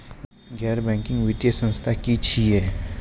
गैर बैंकिंग वित्तीय संस्था की छियै?